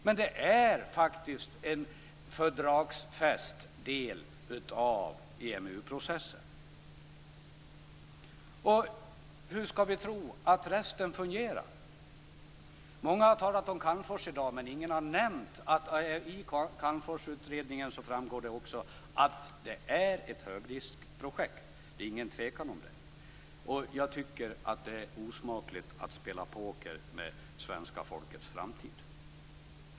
Men det är faktiskt en fördragsfäst del av Hur skall vi tro att resten fungerar? Många har talat om Calmfors i dag, men ingen har nämnt att det av Calmforsutredningen också framgår att det är ett högriskprojekt. Det är ingen tvekan om det. Jag tycker att det är osmakligt att spela poker om svenska folkets framtid.